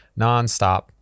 nonstop